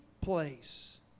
place